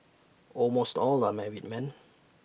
almost all are married men